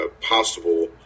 possible